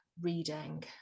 reading